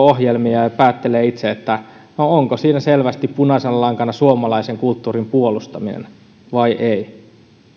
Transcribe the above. ohjelmia ja päättelee itse onko siinä selvästi punaisena lankana suomalaisen kulttuurin puolustaminen vai ei